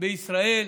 בישראל,